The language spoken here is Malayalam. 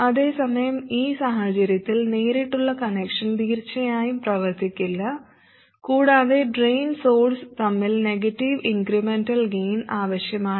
അതേസമയം ഈ സാഹചര്യത്തിൽ നേരിട്ടുള്ള കണക്ഷൻ തീർച്ചയായും പ്രവർത്തിക്കില്ല കൂടാതെ ഡ്രെയിൻ സോഴ്സ് തമ്മിൽ നെഗറ്റീവ് ഇൻക്രെമെന്റൽ ഗെയിൻ ആവശ്യമാണ്